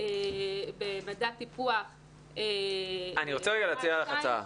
אני רוצה להציע לך הצעה.